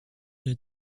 the